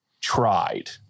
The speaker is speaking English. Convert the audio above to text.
tried